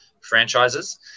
franchises